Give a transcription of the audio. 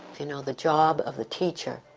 you know, the job of the teacher